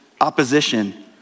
opposition